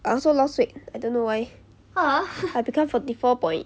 I also lost weight I don't know why I become forty four point